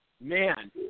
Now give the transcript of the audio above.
Man